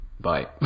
Bye